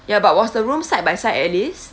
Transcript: ya but was the rooms side by side at least